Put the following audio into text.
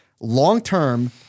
long-term